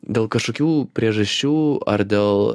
dėl kažkokių priežasčių ar dėl